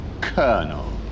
Colonel